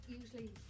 usually